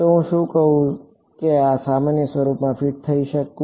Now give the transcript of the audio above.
તો શું હું આ સામાન્ય સ્વરૂપમાં ફિટ થઈ શકું